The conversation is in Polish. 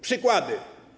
Przykłady.